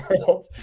world